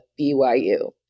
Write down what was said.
BYU